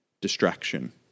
distraction